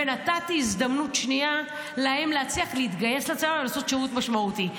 ונתתי להם הזדמנות שנייה להצליח להתגייס לצבא ולעשות שירות משמעותי.